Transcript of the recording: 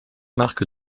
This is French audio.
marques